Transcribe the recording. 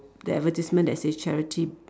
the advertisement that says charity